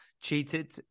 cheated